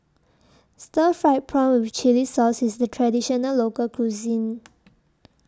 Stir Fried Prawn with Chili Sauce IS A Traditional Local Cuisine